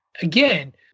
again